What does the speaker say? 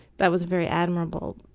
that was very admirable.